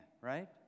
right